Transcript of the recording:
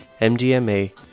MDMA